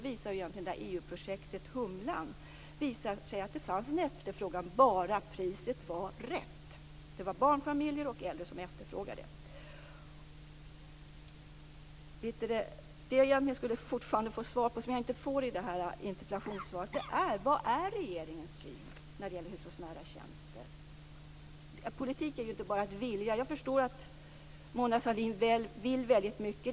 EU-projektet Humlan visar att det finns en efterfrågan, bara priset är rätt. Det var barnfamiljer och äldre som efterfrågade sådana tjänster. Jag har fortfarande en fråga som jag inte får svar på i interpellationssvaret. Vad är regeringens syn när det gäller hushållsnära tjänster? Politik är inte bara att vilja. Jag förstår att Mona Sahlin vill väldigt mycket.